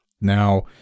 Now